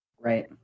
right